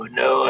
no